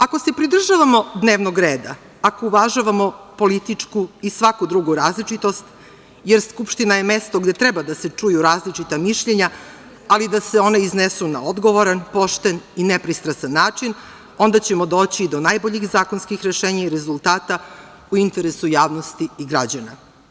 Ako se pridržavamo dnevnog reda, ako uvažavamo političku i svaku drugu različitost, jer Skupština je mesto gde treba da se čuju različita mišljenja, ali da se ona iznesu na odgovoran, pošten i nepristrastan način, onda ćemo doći do najboljih zakonskih rešenja i rezultata u interesu javnosti i građana.